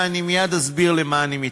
ואני מייד אסביר למה אני מתכוון.